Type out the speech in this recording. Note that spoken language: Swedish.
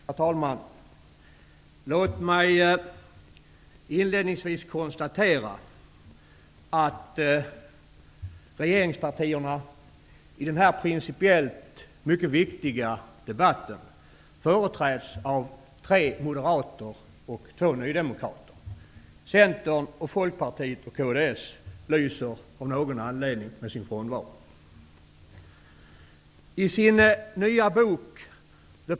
Herr talman! Låt mig inledningsvis konstatera att regeringspartierna i den här principiellt mycket viktiga debatten företräds av tre moderater och två nydemokrater. Centern, Folkpartiet och kds lyser av någon anledning med sin frånvaro.